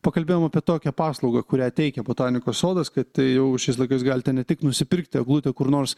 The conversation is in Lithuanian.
pakalbėjom apie tokią paslaugą kurią teikia botanikos sodas kad jau šiais laikais galite ne tik nusipirkti eglutę kur nors